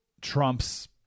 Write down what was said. Trump's